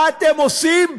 מה אתם עושים?